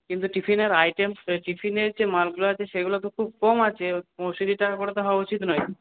কিন্তু টিফিনের আইটেম টিফিনের যে মালগুলা আছে সেগুলো তো খুব কম আছে পঁয়ষট্টি টাকা করে তো হওয়া উচিত নয়